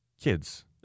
kids